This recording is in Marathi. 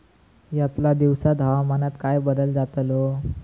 यतल्या दिवसात हवामानात काय बदल जातलो?